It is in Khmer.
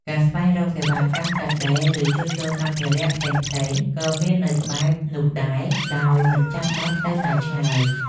ការស្វែងរកសេវាកម្មកាត់ដេរ ឬជួសជុលសម្ភារៈផ្សេងៗក៏មាននៅក្បែរនោះដែរដោយមិនបាច់ទៅណាឆ្ងាយ។